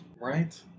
Right